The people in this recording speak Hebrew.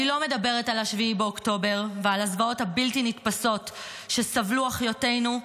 אני לא מדברת על 7 באוקטובר ועל הזוועות הבלתי-נתפסות שסבלו אחיותינו.